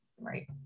Right